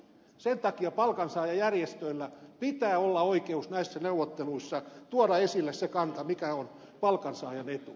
sen takia palkansaajajärjestöillä pitää olla oikeus näissä neuvotteluissa tuoda esille se kanta mikä on palkansaajan etu